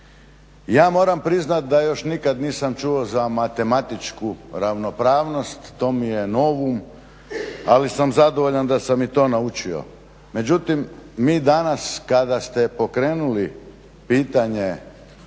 Ja moram priznati da još nikad nisam čuo za matematičku ravnopravnost, to mi je novum ali sam zadovoljan da sam i to naučio. Međutim, mi danas kada ste pokrenuli pitanje